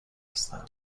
هستن